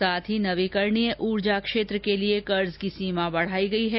साथ ही नवीकरणीय ऊर्जा क्षेत्र के लिए कर्ज सीमा बढाई गयी है